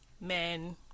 men